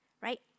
right